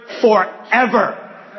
forever